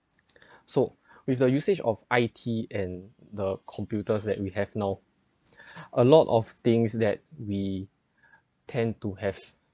so with the usage of I_T and the computers that we have now a lot of things that we tend to have